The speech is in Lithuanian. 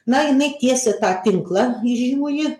na jinai tiesė tą tinklą įžymųjį